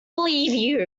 believe